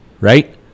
right